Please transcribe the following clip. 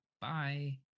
Bye